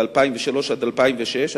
ב-2003 2006,